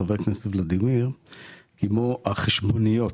חבר כנסת ולדימיר כמו חשבוניות,